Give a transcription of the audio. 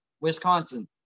Wisconsin